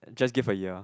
just give a year